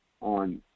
on